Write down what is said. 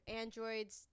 Androids